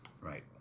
Right